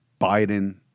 Biden